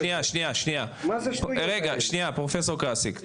שניה פרופסור קארסיק.